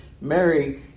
Mary